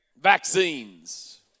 Vaccines